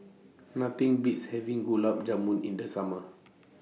Nothing Beats having Gulab Jamun in The Summer